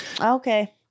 Okay